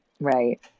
Right